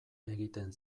egiten